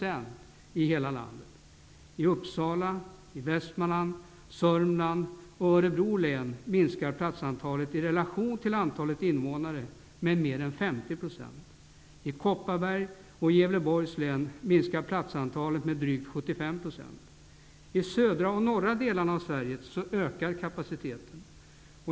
Västmanland, Sörmland och Örebro län minskas platsantalet i relation till antalet invånare med mer än 50 %. I Kopparberg och Gävleborgs län minskas platsantalet med drygt 75 %. I södra och norra delarna av Sverige ökar kapaciteten.